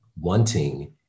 wanting